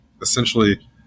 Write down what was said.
essentially